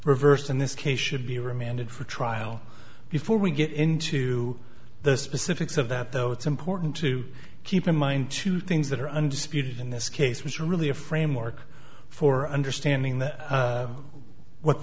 case should be remanded for trial before we get into the specifics of that though it's important to keep in mind two things that are undisputed in this case was really a framework for understanding that what